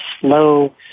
slow